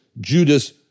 Judas